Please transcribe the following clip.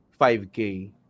5K